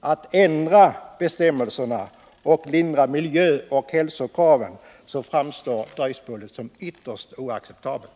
att ändra bestämmelserna och lindra miljöoch hälsokraven, framstår dröjsmålet som ytterst oacceptabelt.